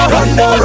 Rondo